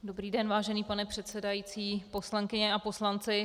Dobrý den, vážený pane předsedající, poslankyně a poslanci.